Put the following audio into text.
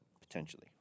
potentially